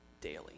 daily